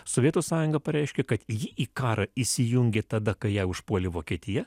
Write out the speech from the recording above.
sovietų sąjunga pareiškė kad ji į karą įsijungė tada kai ją užpuolė vokietija